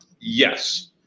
Yes